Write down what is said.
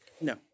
No